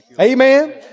Amen